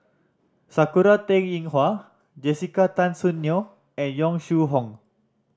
Sakura Teng Ying Hua Jessica Tan Soon Neo and Yong Shu Hoong